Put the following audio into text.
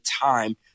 time